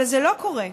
אבל זה לא קורה.